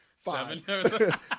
Five